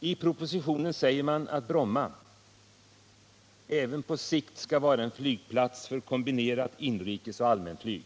I propositionen säger man att Bromma även på sikt skall vara en flygplats för kombinerat inrikesoch allmänflyg.